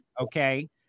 okay